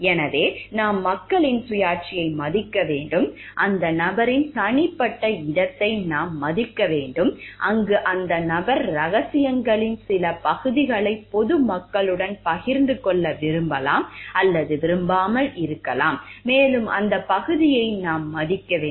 எனவே நாம் மக்களின் சுயாட்சியை மதிக்க வேண்டும் அந்த நபரின் தனிப்பட்ட இடத்தை நாம் மதிக்க வேண்டும் அங்கு அந்த நபர் இரகசியங்களின் சில பகுதிகளை பொது மக்களுடன் பகிர்ந்து கொள்ள விரும்பலாம் அல்லது விரும்பாமல் இருக்கலாம் மேலும் அந்த பகுதியை நாம் மதிக்க வேண்டும்